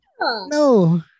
no